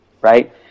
right